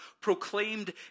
proclaimed